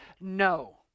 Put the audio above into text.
no